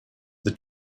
the